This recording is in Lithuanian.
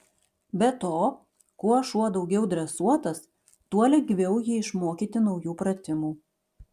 be to kuo šuo daugiau dresuotas tuo lengviau jį išmokyti naujų pratimų